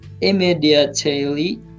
immediately